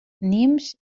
nimes